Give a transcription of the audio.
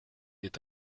est